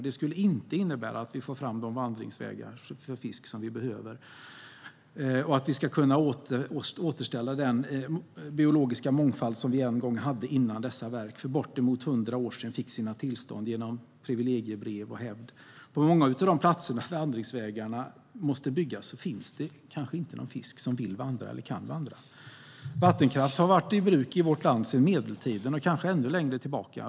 Det skulle inte innebära att vi får fram de vandringsvägar för fisk som vi behöver för att återställa den biologiska mångfald vi en gång hade innan dessa verk för bortemot hundra år sedan fick sina tillstånd genom privilegiebrev och hävd. På många av de platser där vandringsvägar måste byggas finns det kanske inte någon fisk som vill eller kan vandra. Vattenkraft har varit i bruk i vård land sedan medeltiden och kanske sedan ännu längre tillbaka.